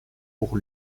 pour